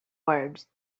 words